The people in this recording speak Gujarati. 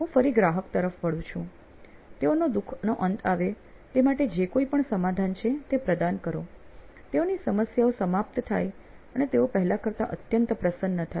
હું ફરી ગ્રાહક તરફ વળું છું તેઓના દુખનો અંત આવે તે માટે જે કોઈ પણ સમાધાન છે તે પ્રદાન કરો તેઓની સમસ્યાઓ સમાપ્ત થાય અને તેઓ પહેલા કરતા અત્યંત પ્રસન્ન થાય